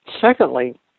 Secondly